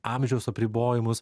amžiaus apribojimus